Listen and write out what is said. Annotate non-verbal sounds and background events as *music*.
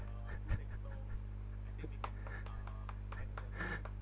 *laughs*